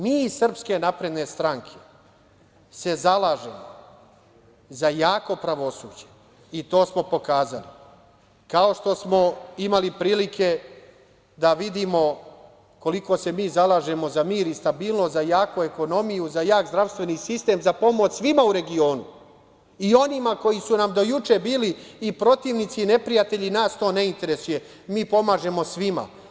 Mi iz SNS, se zalažemo za jako pravosuđe i to smo pokazali, kao što smo imali prilike da vidimo koliko se mi zalažemo za mir i stabilnost, za jaku ekonomiju, za jak zdravstveni sistem, za pomoć svima u regionu, i onima koji su nam do juče bili i protivnici, neprijatelji, nas to ne interesuje, mi pomažemo svima.